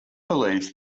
believes